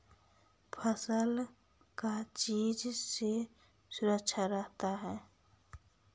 फसल का चीज से सुरक्षित रहता है?